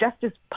Justice